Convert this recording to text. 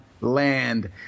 land